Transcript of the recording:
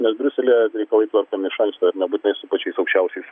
nes briuselyje reikalai tvarkomi iš anksto ir nebūtinai su pačiais aukščiausiais